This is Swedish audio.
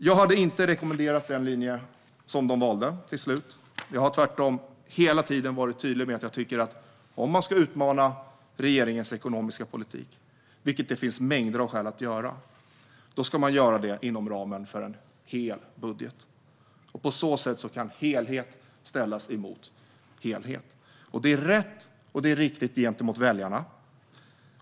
Jag hade inte rekommenderat den linje som de slutligen valde. Tvärtom har jag hela tiden varit tydlig med att jag tycker att om man ska utmana regeringens ekonomiska politik, vilket det finns mängder av skäl att göra, ska man göra det inom ramen för en hel budget. På så sätt kan helhet ställas mot helhet. Det vore rätt och riktigt gentemot väljarna.